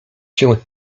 się